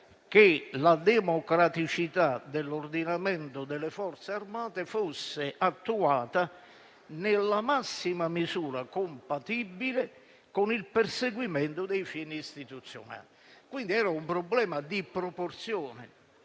che la democraticità dell'ordinamento delle Forze armate fosse attuata nella massima misura compatibile con il perseguimento dei fini istituzionali. Quindi, era un problema di proporzione,